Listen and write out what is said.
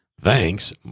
Thanks